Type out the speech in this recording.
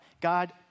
God